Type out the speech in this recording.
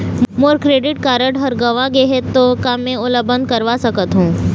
मोर credit गंवा होथे गे ता का मैं ओला बंद करवा सकथों?